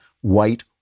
white